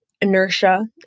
inertia